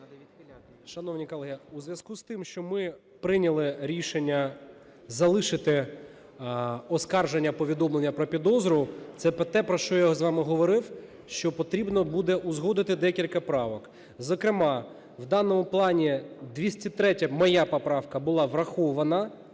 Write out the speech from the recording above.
Шановні колеги, у зв'язку з тим, що ми прийняли рішення залишити оскарження повідомлення про підозру, це те, про що я з вами говорив, що потрібно буде узгодити декілька правок, зокрема в даному плані 203-я моя поправка була врахована